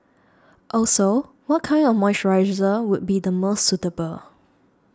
also what kind of moisturiser would be the most suitable